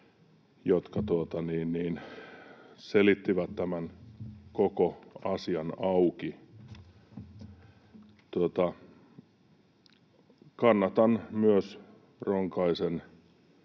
jotka selittivät tämän koko asian auki. Kannatan myös Ronkaisen